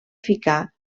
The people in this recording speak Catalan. ficar